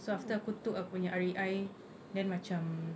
so after aku took aku punya R_A_I then macam